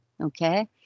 Okay